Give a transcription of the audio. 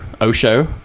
Osho